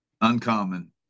uncommon